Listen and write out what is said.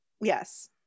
Yes